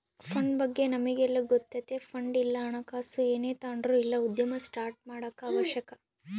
fund ಬಗ್ಗೆ ನಮಿಗೆಲ್ಲ ಗೊತ್ತತೆ ಫಂಡ್ ಇಲ್ಲ ಹಣಕಾಸು ಏನೇ ತಾಂಡ್ರು ಇಲ್ಲ ಉದ್ಯಮ ಸ್ಟಾರ್ಟ್ ಮಾಡಾಕ ಅವಶ್ಯಕ